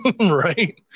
Right